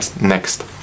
next